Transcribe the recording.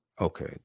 Okay